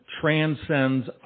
transcends